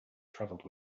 travelled